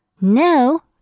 No